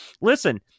listen